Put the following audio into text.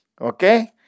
Okay